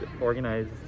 organized